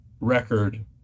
record